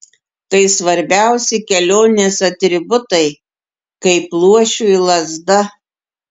tai svarbiausi kelionės atributai kaip luošiui lazda